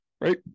Right